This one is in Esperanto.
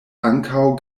ankaŭ